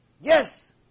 Yes